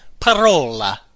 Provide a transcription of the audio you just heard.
parola